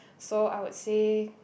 so I would say